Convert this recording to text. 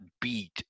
beat